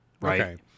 right